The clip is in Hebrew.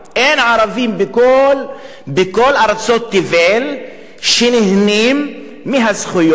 אין ערבים בכל ארצות תבל שנהנים מהזכויות